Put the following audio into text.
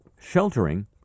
sheltering